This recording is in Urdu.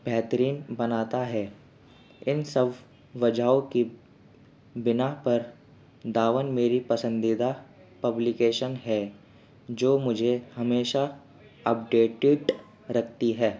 بہترین بناتا ہے ان سب وجہوں کی بنا پر داون میری پسندیدہ پبلیکیشن ہے جو مجھے ہمیشہ اپڈیٹڈ رکھتی ہے